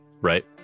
right